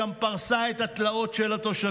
ושם היא פרסה את התלאות של התושבים.